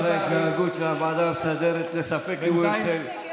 אחרי ההתנהגות של הוועדה המסדרת, ספק אם הוא ירצה.